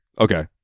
Okay